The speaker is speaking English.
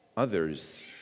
others